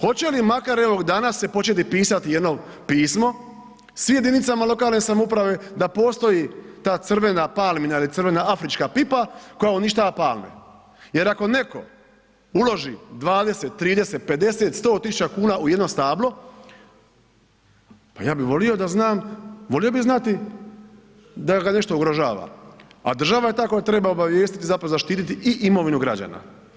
Hoće li makar evo danas se početi pisati jedno pismo svim jedinicama lokalne samouprave da postoji ta crvena palmina ili crvena afrička pipa koja uništava palme jer ako netko uloži 20, 30, 50, 100 000 kuna u jedno stablo, pa ja bi volio znati da ga nešto ugrožava a država je ta koja treba obavijestiti zapravo zaštititi i imovinu građana.